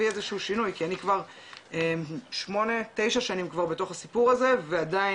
איזשהו שינוי כי אני כבר שמונה תשע שנים כבר בתוך הסיפור הזה ועדיין